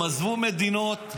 הם עזבו מדינות,